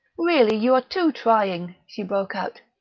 really, you are too trying! she broke out.